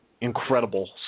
incredible